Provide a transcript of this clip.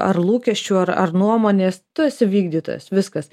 ar lūkesčių ar ar nuomonės tu esi vykdytojas viskas